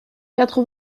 quatre